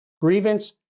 grievance